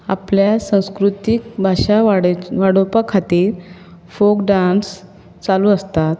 आपल्या संस्कृतीक भाशा वाडोवपा खातीर फोक डान्स चालू आसतात